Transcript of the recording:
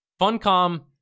funcom